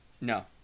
No